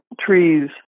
trees